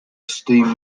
steam